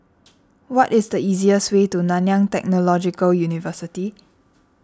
what is the easiest way to Nanyang Technological University